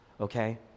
Okay